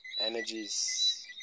energies